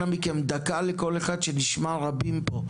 אנא מכם דקה לכל אחד שנשמע רבים פה.